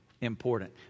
important